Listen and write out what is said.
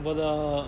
我的